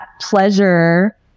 pleasure